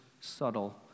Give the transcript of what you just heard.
subtle